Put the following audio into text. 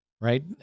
Right